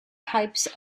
types